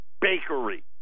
bakery